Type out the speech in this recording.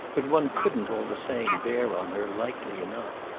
but one couldn't, all the same, bear on her lightly enough.